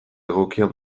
egokia